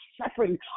suffering